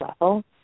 level